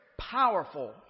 powerful